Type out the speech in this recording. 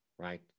Right